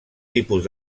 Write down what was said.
tipus